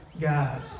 God